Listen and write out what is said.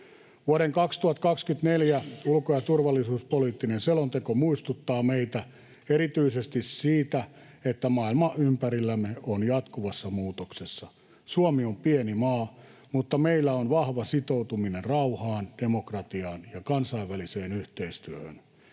Vuoden 2024 ulko- ja turvallisuuspoliittinen selonteko muistuttaa meitä erityisesti siitä, että maailma ympärillämme on jatkuvassa muutoksessa. Suomi on pieni maa, mutta meillä on vahva sitoutuminen rauhaan, demokratiaan ja kansainväliseen yhteistyöhön.